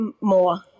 more